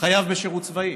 חייב בשירות צבאי.